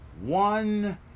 one